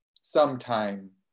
sometime